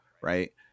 right